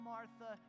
Martha